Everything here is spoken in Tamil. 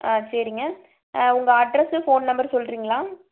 ஆ சரிங்க ஆ உங்கள் அட்ரஸ்ஸு ஃபோன் நம்பர் சொல்லுறீங்களா